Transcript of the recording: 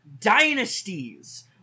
dynasties